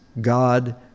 God